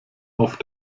auf